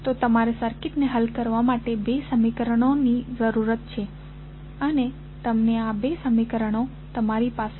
તો તમારે સર્કિટને હલ કરવા માટે બે સમીકરણોની જરૂર છે અને તમને આ બે સમીકરણો તમારી પાસે છે